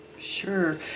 Sure